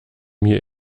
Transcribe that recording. mir